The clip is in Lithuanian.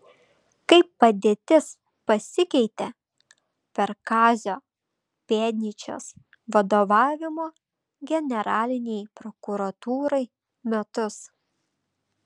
kaip padėtis pasikeitė per kazio pėdnyčios vadovavimo generalinei prokuratūrai metus